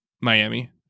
Miami